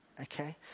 okay